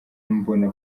mbona